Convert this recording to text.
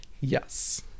Yes